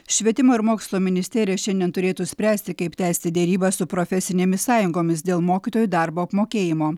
švietimo ir mokslo ministerija šiandien turėtų spręsti kaip tęsti derybas su profesinėmis sąjungomis dėl mokytojų darbo apmokėjimo